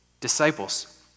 disciples